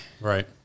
Right